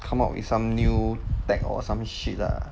come up with some new tech or some shit lah